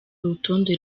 urutonde